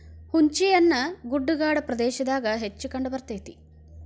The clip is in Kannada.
ಹುಂಚಿಹಣ್ಣು ಗುಡ್ಡಗಾಡ ಪ್ರದೇಶದಾಗ ಹೆಚ್ಚ ಕಂಡಬರ್ತೈತಿ